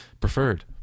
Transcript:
Preferred